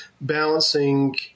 balancing